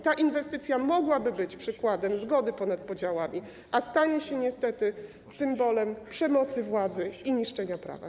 Ta inwestycja mogłaby być przykładem zgody ponad podziałami, a stanie się niestety symbolem przemocy władzy i niszczenia prawa.